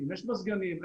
יש או אין מזגנים?